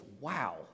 Wow